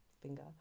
Finger